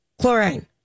Chlorine